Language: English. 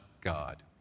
God